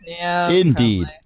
Indeed